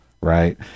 Right